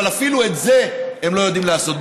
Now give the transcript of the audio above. אבל אפילו את זה הם לא יודעים לעשות.